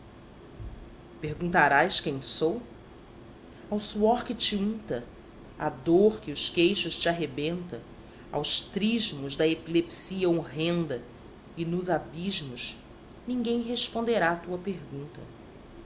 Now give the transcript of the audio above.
perguntarás quem sou ao suor que te unta à dor que os queixos te arrebenta aos trismos da epilepsia horrenda e nos abismos ninguém responderá tua pergunta